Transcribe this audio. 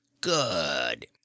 Good